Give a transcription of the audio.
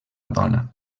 dona